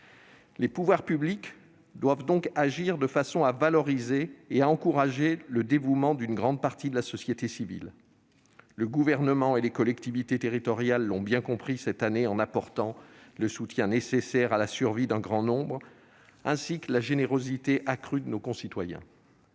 Les pouvoirs publics doivent donc agir de façon à valoriser et à encourager le dévouement d'une grande partie de la société civile. Le Gouvernement et les collectivités territoriales l'ont bien compris cette année en apportant le soutien nécessaire à la survie d'un grand nombre d'associations. Il faut aussi souligner la générosité accrue de nos concitoyens.